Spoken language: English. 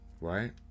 right